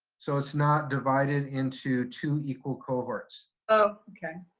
so it's not divided into two equal cohorts. oh, okay.